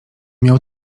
miał